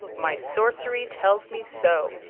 my sorcery tells me so.